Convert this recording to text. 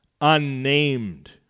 unnamed